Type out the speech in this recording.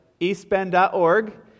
eastbend.org